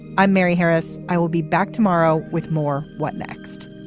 i'm mary harris. i will be back tomorrow with more. what next?